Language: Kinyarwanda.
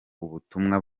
ubutumwa